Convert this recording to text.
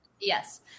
Yes